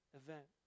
event